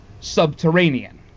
subterranean